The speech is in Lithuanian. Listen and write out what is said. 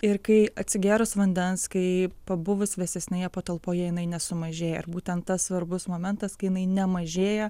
ir kai atsigėrus vandens kai pabuvus vėsesnėje patalpoje jinai nesumažėja ir būtent tas svarbus momentas kai jinai nemažėja